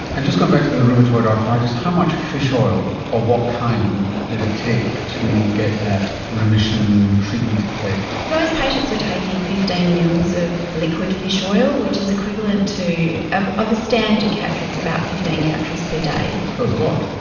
and just going back to the rheumatoid arthritis, how much fish oil of what kind did it take to get that remission treatment effect? those patients were taking fifteen mls of liquid fish oil, which is equivalent to, of of the standard capsules, about fifteen capsules per day. so it's a lot